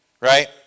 right